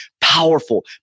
powerful